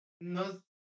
No